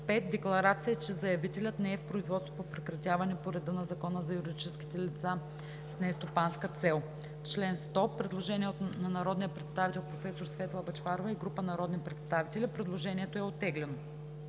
5. декларация, че заявителят не е в производство по прекратяване по реда на Закона за юридическите лица с нестопанска цел.“ По чл. 100 има предложение на народния представител професор Светла Бъчварова и група народни представители. Предложението е оттеглено.